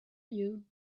you